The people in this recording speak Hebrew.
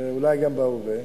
ואולי גם בהווה,